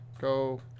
Go